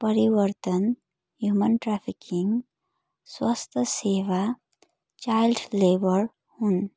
परिवर्तन human trafficking स्वास्थ्य सेवा चाइल्ड लेबर हुन्